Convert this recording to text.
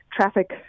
traffic